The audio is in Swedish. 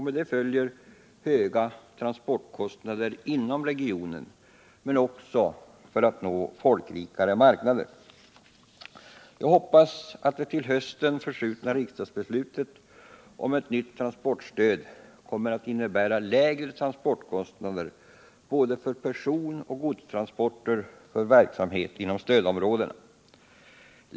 Med det följer höga transportkostnader inom regionen men också utom regionen för att nå folkrikare marknader. Jag hoppas att det till hösten förskjutna riksdagsbeslutet om ett nytt transportstöd kommer att innebära lägre transportkostnader både för personoch godstransporter och för verksamhet inom stödområdena.